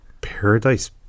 Paradise